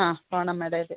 ആ ഫോണ് അമ്മേടേല്